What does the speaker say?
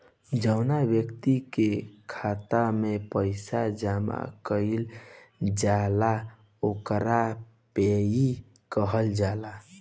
जौवना ब्यक्ति के खाता में पईसा जमा कईल जाला ओकरा पेयी कहल जाला